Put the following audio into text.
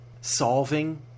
solving